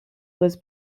was